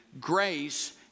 grace